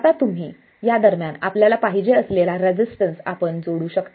आता तुम्ही या दरम्यान आपल्याला पाहिजे असलेला रेसिस्टन्स आपण जोडू शकता